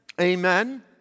Amen